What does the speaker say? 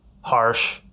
Harsh